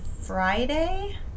Friday